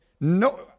no